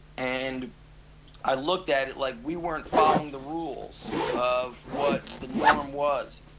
and i looked at it like we weren't following the rules of what the norm was,